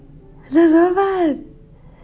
uh 怎么办